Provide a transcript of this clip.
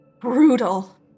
brutal